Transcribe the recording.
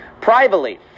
Privately